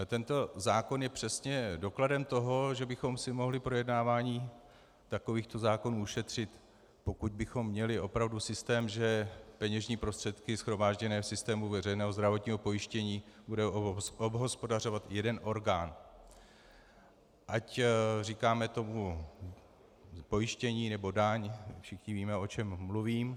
Tento zákon je přesně dokladem toho, že bychom si mohli projednávání takovýchto zákonů ušetřit, pokud bychom měli opravdu systém, že peněžní prostředky shromážděné v systému veřejného zdravotního pojištění bude obhospodařovat jeden orgán, ať tomu říkáme pojištění, nebo daň, všichni víme, o čem mluvím.